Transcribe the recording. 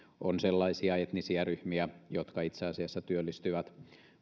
on sellaisia etnisiä ryhmiä jotka itse asiassa työllistyvät